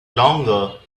longer